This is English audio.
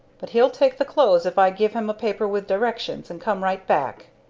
but he'll take the clothes if i give him a paper with directions, and come right back.